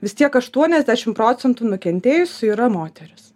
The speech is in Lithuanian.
vis tiek aštuoniasdešim procentų nukentėjusiųjų yra moterys